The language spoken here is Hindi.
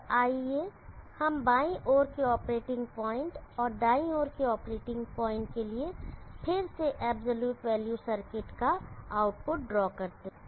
तो आइए हम बाईं ओर के ऑपरेटिंग पॉइंट और दाईं ओर के ऑपरेटिंग पॉइंट के लिए फिर से एब्सलूट वैल्यू सर्किट का आउटपुट ड्रॉ करते हैं